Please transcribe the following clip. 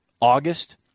August